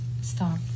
stop